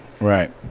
Right